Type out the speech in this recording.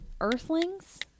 Earthlings